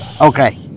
Okay